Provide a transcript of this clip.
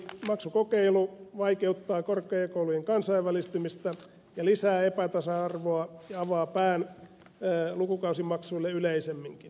lukukausimaksukokeilu vaikeuttaa korkeakoulujen kansainvälistymistä ja lisää epätasa arvoa ja avaa pään lukukausimaksuille yleisemminkin